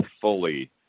fully